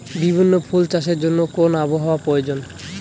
বিভিন্ন ফুল চাষের জন্য কোন আবহাওয়ার প্রয়োজন?